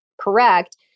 correct